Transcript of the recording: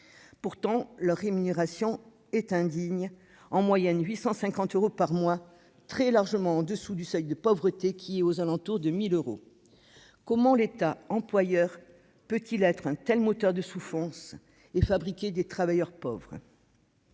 Pourtant, leur rémunération est indigne : elle s'élève en moyenne à 850 euros par mois, soit un montant très largement inférieur au seuil de pauvreté, qui se situe aux alentours de 1 000 euros. Comment l'État employeur peut-il être un tel moteur de souffrance et fabriquer des travailleurs pauvres ?